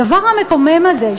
הדבר המקומם הזה,